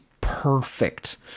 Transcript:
perfect